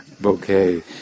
bouquet